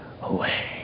away